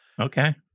Okay